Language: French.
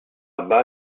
bas